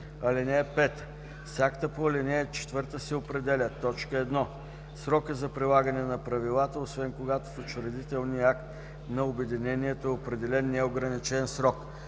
(5) С акта по ал. 4 се определят: 1. срокът за прилагане на правилата, освен когато в учредителния акт на обединението е определен неограничен срок;